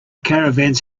caravans